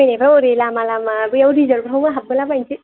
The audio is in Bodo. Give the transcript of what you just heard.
फैनायफ्राव ओरै लामा लामा बेयाव रिजर्दफ्रावबो हाबबोला बायसै